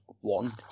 one